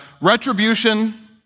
retribution